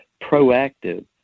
proactive